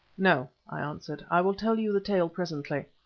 no, i answered i will tell you the tale presently.